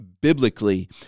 biblically